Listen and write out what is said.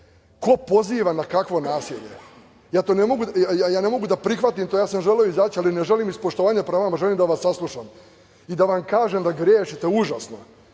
poziva na kakvo nasilje? Ne mogu da prihvatim to. Želeo sam izaći, ali ne želim izaći iz poštovanja prema vama, želim da vas saslušam i da vam kažem da grešite užasno,